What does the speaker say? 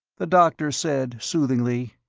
the doctor said soothingly,